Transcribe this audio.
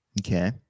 okay